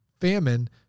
famine